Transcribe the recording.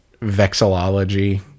Vexillology